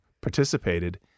participated